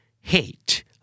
hate